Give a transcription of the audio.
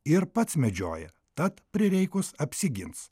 ir pats medžioja tad prireikus apsigins